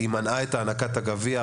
היא מנעה את הענקת הגביע.